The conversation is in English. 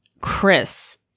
Chris